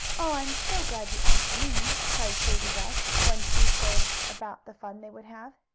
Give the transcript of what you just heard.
i'm so glad you asked me! cried sadie west, when sue told about the fun they would have.